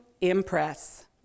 impress